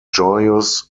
joyous